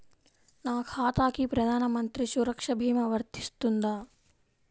నా ఖాతాకి ప్రధాన మంత్రి సురక్ష భీమా వర్తిస్తుందా?